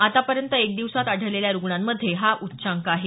आतापर्यंत एक दिवसात आढळलेल्या रुग्णांमध्ये हा उच्चांक आहे